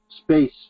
space